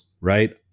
right